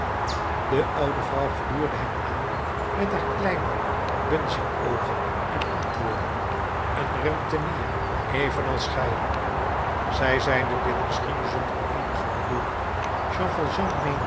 de oude vrouw gluurde hem aan met haar kleine bunsing oogen en antwoordde een rentenier evenals gij zij zeide dit misschien zonder eenige bedoeling jean